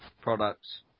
products